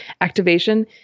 activation